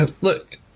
look